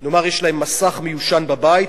נאמר, מסך מיושן בבית.